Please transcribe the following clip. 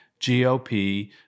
GOP